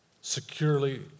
securely